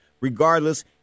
Regardless